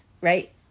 right